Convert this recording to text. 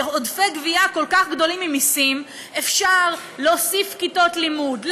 עודפי גבייה כל כך גבוהים ממיסים אפשר להוסיף כיתות לימוד,